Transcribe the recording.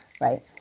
right